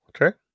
Okay